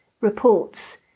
reports